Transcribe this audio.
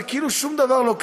וכאילו שום דבר לא קרה.